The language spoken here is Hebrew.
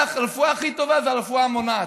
הרפואה הכי טובה היא הרפואה המונעת.